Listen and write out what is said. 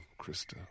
Krista